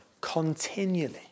continually